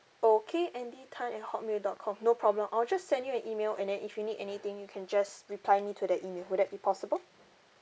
okay andy tan at hotmail dot com no problem I'll just send you an email and then if you need anything you can just reply me to that email would that be possible